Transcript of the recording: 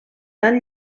tan